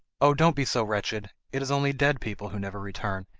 oh, don't be so wretched it is only dead people who never return.